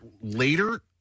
later